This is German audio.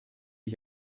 ich